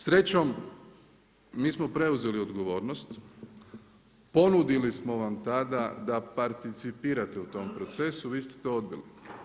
Srećom mi smo preuzeli odgovornost, ponudili smo vam tada da participirate u tom procesu, vi ste to odbili.